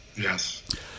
Yes